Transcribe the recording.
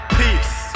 peace